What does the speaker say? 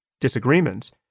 disagreements